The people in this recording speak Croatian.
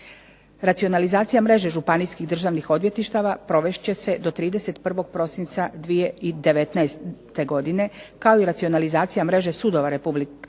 Racionalizacija mreže županijskih državnih odvjetništava provest će se do 31. prosinca 2019. godine, kao i racionalizacija mreže sudova u Republici